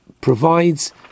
provides